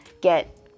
get